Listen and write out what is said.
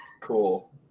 Cool